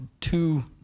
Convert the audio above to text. two